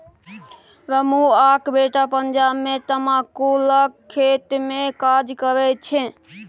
रमुआक बेटा पंजाब मे तमाकुलक खेतमे काज करैत छै